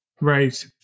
Right